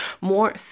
More